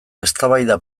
eztabaida